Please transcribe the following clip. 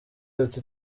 ati